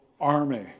army